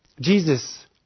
Jesus